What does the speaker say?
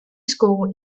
school